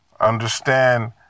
Understand